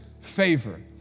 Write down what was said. favor